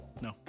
no